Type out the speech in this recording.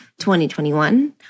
2021